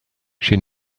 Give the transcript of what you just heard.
she